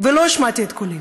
ולא השמעתי את קולי,